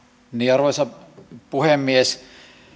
arvoisa puhemies